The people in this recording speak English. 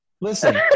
Listen